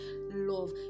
love